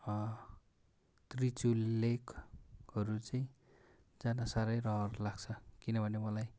त्रिचुली लेकहरू चाहिँ जान साह्रै रहर लाग्छ किनभने मलाई